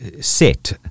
set